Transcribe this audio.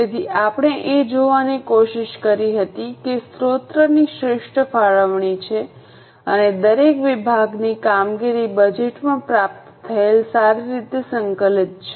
તેથી આપણે એ જોવાની કોશિશ કરી કે સ્રોતની ફાળવણી શ્રેષ્ઠ છે અને દરેક વિભાગની કામગીરી બજેટમાં પ્રાપ્ત થયેલ સારી રીતે સંકલિત છે